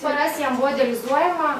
paras jam buvo dializuojama